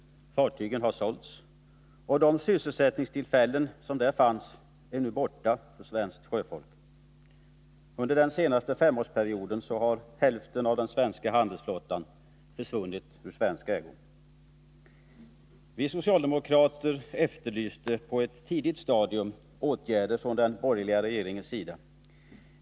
Fartygen har sålts, och de sysselsättningstillfällen som där fanns är nu borta från svensk sjöfart. Under den senaste femårsperioden har hälften av den svenska handelsflottan försvunnit ur svensk ägo. Vi socialdemokrater efterlyste på ett tidigt stadium åtgärder från den borgerliga regeringens sida.